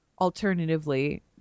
alternatively